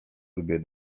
lubię